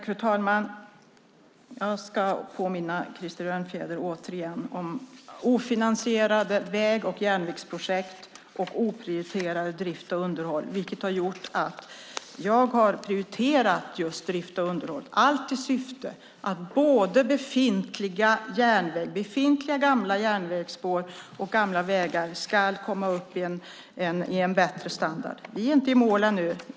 Fru talman! Jag ska återigen påminna Krister Örnfjäder om att det var ofinansierade väg och järnvägsprojekt, och man prioriterade inte drift och underhåll. Detta har gjort att jag har prioriterat just drift och underhåll, allt i syfte att både befintliga gamla järnvägsspår och gamla vägar ska komma upp i en bättre standard. Vi är inte i mål ännu.